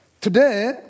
Today